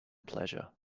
pleasure